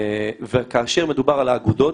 כאשר מדובר על האגודות,